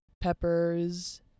peppers